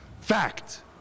fact